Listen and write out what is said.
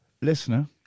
listener